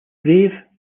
brave